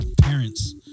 parents